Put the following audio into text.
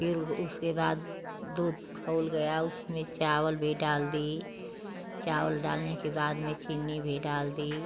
फिर उसके बाद दूध खौल गया उसमें चावल भी डाल दी चावल डालने के बाद में चीनी भी डाल दी